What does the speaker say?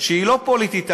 שהיא לא פוליטית.